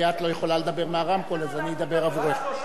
כי את לא יכולה לדבר מהרמקול, אז אני אדבר עבורך.